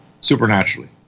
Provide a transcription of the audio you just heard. supernaturally